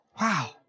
Wow